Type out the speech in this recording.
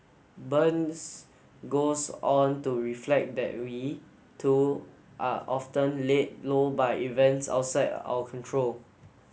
burns goes on to reflect that we too are often laid low by events outside our control